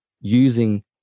using